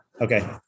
Okay